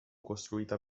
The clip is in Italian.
costruita